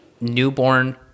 newborn